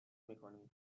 میکنیم